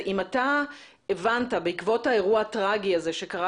זה אם אתה הבנת בעקבות האירוע הטראגי הזה שקרה